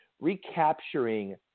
recapturing